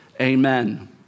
amen